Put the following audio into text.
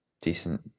decent